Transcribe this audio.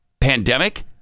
pandemic